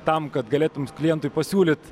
tam kad galėtum klientui pasiūlyt